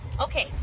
okay